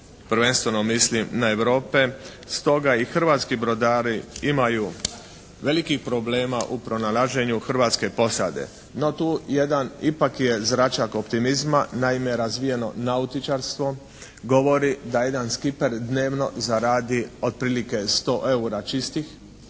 prvenstveno mislim na Europe. Stoga i hrvatski brodari imaju velikih problema u pronalaženju hrvatske posade. To jedan ipak je zračak optimizma. Naime razvijeno nautičarstvo govori da jedan skiper dnevno zaradi otprilike 100 eura čistih,